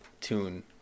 tune